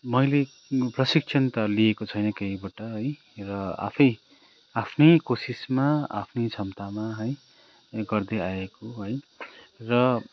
मैले प्रशिक्षण त लिएको छैन कहीँबाट है र आफै आफ्नै कोसिसमा आफ्नै क्षमतामा है गर्दै आएको है र